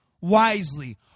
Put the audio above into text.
wisely